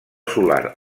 solar